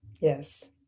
yes